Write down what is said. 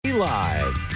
city live.